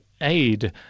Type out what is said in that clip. aid